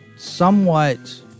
somewhat